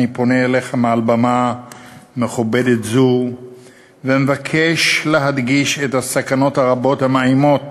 אני פונה אליך מבמה מכובדת זו ומבקש להדגיש את הסכנות הרבות המאיימות